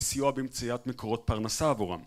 סיוע במציאת מקורות פרנסה עבורם